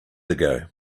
ago